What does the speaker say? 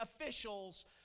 officials